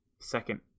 second